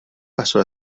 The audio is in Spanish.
pasó